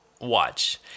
watch